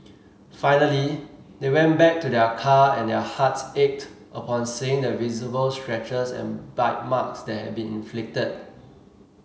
finally they went back to their car and their hearts ached upon seeing the visible scratches and bite marks that had been inflicted